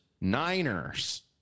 Niners